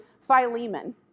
Philemon